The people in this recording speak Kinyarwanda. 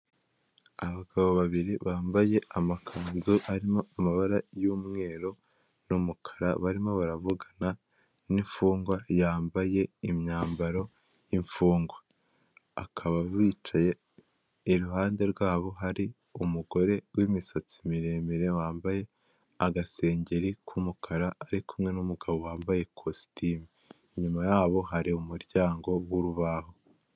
Abagabo babiri bambaye amakanzu arimo amabara y'umweru n'umukara barimo baravugana n'imfungwa yambaye imyambaro y'imfungwa, bakaba bicaye iruhande rwabo hari umugore w'imisatsi miremire wambaye agasengeri k'umukara ari kumwe n'umugabo wambaye ikositimu, inyuma y'abo hari umuryango w'urubaho.